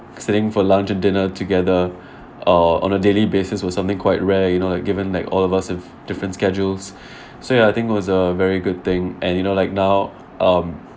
sitting for lunch and dinner together uh on a daily basis was something quite rare you know given like all of us have different schedules so ya I think it was a very good thing and you know like now um